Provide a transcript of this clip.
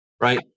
Right